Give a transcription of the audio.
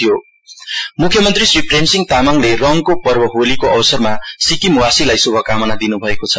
CM Holi meeting मुख्यमन्त्री श्री प्रेमसिंह तामाङले रङ्गको पर्व होलीको अवसरमा सिक्किमवासीलाई शुभकामना दिनुभएको छ